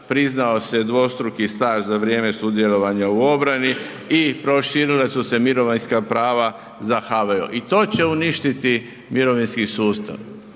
priznao se dvostruki staž za vrijeme sudjelovanja u obrani i proširila su se mirovinska prava za HVO. I to će uništiti mirovinski sustav.